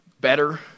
better